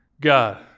God